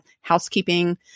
housekeeping